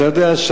אתה יודע,